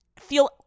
feel